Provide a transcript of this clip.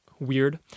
weird